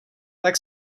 tak